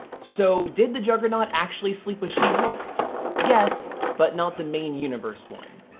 so did the juggernaut actually sleep with she-hulk? yes, but not the main universe one.